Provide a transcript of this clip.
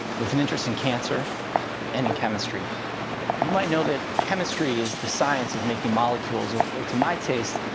with an interest in cancer and in chemistry. you might know that chemistry is the science of making molecules or, to my taste,